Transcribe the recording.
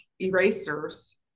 erasers